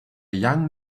young